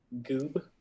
goob